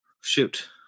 shoot